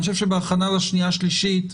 אני חושב שבהכנה לשנייה ושלישית,